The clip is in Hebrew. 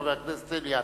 חבר הכנסת אילטוב.